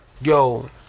yo